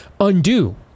undo